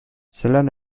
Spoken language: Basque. zelan